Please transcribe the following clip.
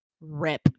Rip